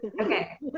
Okay